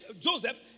Joseph